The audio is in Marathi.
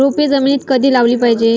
रोपे जमिनीत कधी लावली पाहिजे?